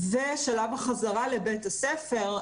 ובשלב החזרה לבית הספר,